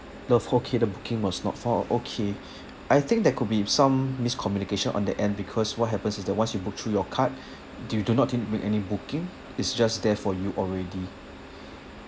the f~ okay the booking was not found okay I think there could be some miscommunication on their end because what happens is that once you book through your card do you do not didn't make any booking it's just there for you already